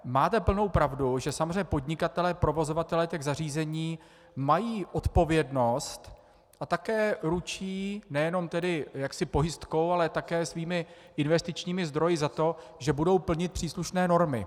Máte plnou pravdu, že samozřejmě podnikatelé, provozovatelé těch zařízení, mají odpovědnost a také ručí nejenom jaksi pojistkou, ale také svými investičními zdroji za to, že budou plnit příslušné normy.